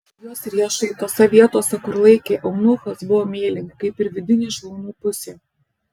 jos riešai tose vietose kur laikė eunuchas buvo mėlyni kaip ir vidinė šlaunų pusė